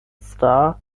star